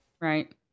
Right